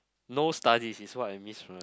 no studies is what I miss from